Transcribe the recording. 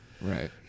Right